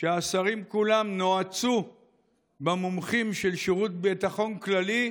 שהשרים כולם נועצו במומחים של שירות הביטחון הכללי,